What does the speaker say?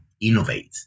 innovate